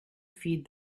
feed